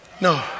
no